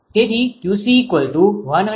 તેથી 𝑄𝐶168